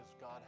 God